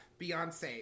Beyonce